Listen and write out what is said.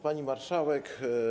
Pani Marszałek!